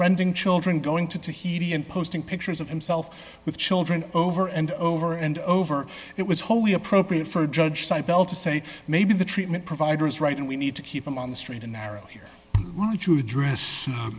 friending children going to tahiti and posting pictures of himself with children over and over and over it was wholly appropriate for a judge sydell to say maybe the treatment providers right and we need to keep them on the straight and narrow here would you address